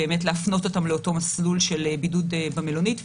באמת להפנות אותם לאותו מסלול של בידוד במלונית,